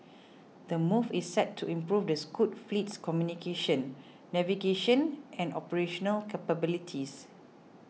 the move is set to improve the Scoot fleet's communication navigation and operational capabilities